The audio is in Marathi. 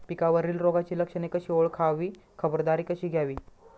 पिकावरील रोगाची लक्षणे कशी ओळखावी, खबरदारी कशी घ्यावी?